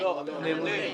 לא, הממונה.